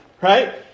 right